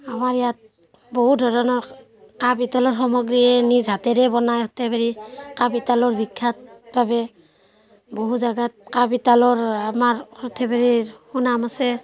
আমাৰ ইয়াত বহু ধৰণৰ কাঁহ পিতলৰ সামগ্ৰী এই নিজ হাতেৰে বনায় সৰ্থেবাৰী কাঁহ পিতলৰ বিখ্যাত বাবে বহু জেগাত কাঁহ পিতলৰ আমাৰ সৰ্থেবাৰীৰ সুনাম আছে